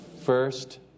first